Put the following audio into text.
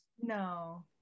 No